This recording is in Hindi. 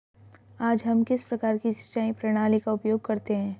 आज हम किस प्रकार की सिंचाई प्रणाली का उपयोग करते हैं?